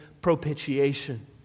propitiation